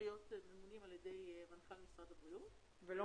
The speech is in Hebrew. יש הרבה